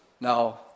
Now